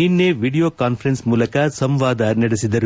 ನಿನ್ನೆ video conference ಮೂಲಕ ಸಂವಾದ ನಡೆಸಿದರು